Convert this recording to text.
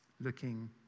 looking